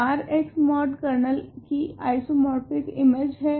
तो R x mod kernel की isomorphic image है